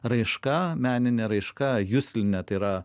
raiška menine raiška jusline tai yra